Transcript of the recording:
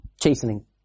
Chastening